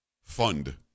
fund